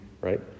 right